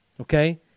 Okay